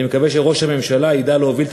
אני מקווה שראש הממשלה ידע להוביל את